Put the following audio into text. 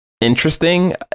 interesting